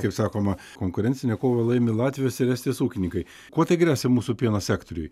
kaip sakoma konkurencinę kovą laimi latvijos ir estijos ūkininkai kuo tai gresia mūsų pieno sektoriui